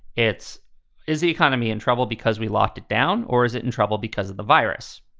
it's is the economy in trouble because we locked it down? or is it in trouble because of the virus?